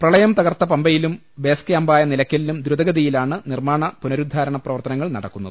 പ്രളയം തകർത്ത പമ്പയിലും ബേസ് ക്യാമ്പായ നിലക്ക ലിലും ദ്രുതഗതിയിലാണ് നിർമ്മാണ് പുനരുദ്ധാരണപ്രവർത്ത നങ്ങൾ നടക്കുന്നത്